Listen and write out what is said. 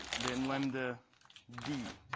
than lambda d.